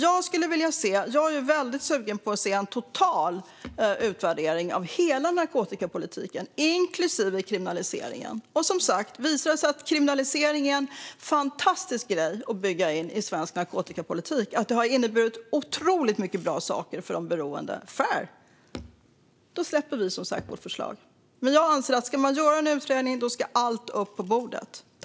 Jag är väldigt sugen på att se en total utvärdering av hela narkotikapolitiken, inklusive kriminaliseringen. Om det visar sig att kriminalisering är en fantastisk grej att bygga in i svensk narkotikapolitik och att det har inneburit otroligt mycket bra saker för de beroende, så fair. Då släpper vi vårt förslag. Men om man ska göra en utredning tycker jag att allt ska upp på bordet.